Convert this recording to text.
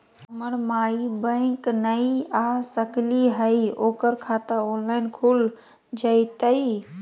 हमर माई बैंक नई आ सकली हई, ओकर खाता ऑनलाइन खुल जयतई?